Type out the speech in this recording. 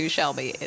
Shelby